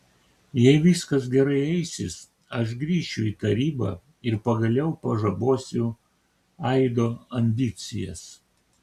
jei viskas gerai eisis aš grįšiu į tarybą ir pagaliau pažabosiu aido ambicijas